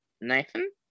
Nathan